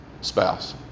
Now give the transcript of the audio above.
spouse